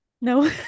No